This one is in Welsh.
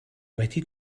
wedi